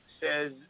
says